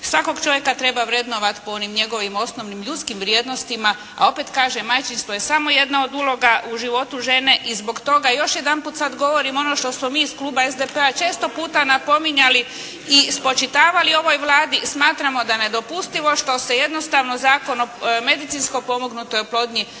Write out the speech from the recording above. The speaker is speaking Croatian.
Svakog čovjeka treba vrednovati po onim njegovim osnovnim ljudskim vrijednostima a opet kažem majčinstvo je samo jedna od uloga u životu žene i zbog toga još jedanput sad govorim ono što smo mi iz kluba SDP-a često puta napominjali i spočitavali ovoj Vladi smatramo da je nedopustivo što se jednostavno Zakon o medicinsko potpomognutoj oplodnji